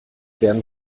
werden